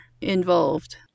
involved